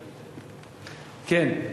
כן.